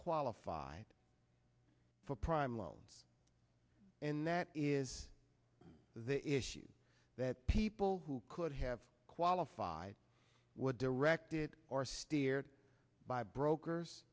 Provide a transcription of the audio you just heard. qualified for prime loans and that is the issue that people who could have qualified were directed or steered by brokers